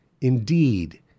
indeed